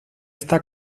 esta